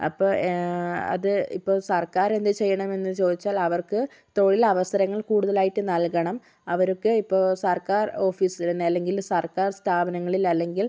അപ്പോൾ അത് ഇപ്പോൾ സർക്കാരെന്ത് ചെയ്യണമെന്ന് ചോദിച്ചാൽ അവർക്ക് തൊഴിലവസരങ്ങൾ കൂടുതലായിട്ട് നൽകണം അവർക്ക് ഇപ്പോൾ സർക്കാർ ഓഫീസിൽ അല്ലെങ്കിൽ സർക്കാർ സ്ഥാപനങ്ങളിൽ അല്ലെങ്കിൽ